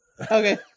Okay